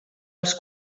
els